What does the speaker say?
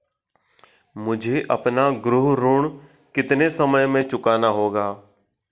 मुझे अपना गृह ऋण कितने समय में चुकाना होगा?